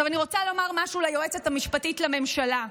אני רוצה לומר משהו ליועצת המשפטית לממשלה.